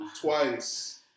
twice